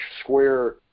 square